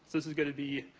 this is gonna be,